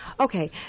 Okay